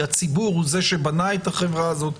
הציבור הוא זה שבנה את החברה הזאת,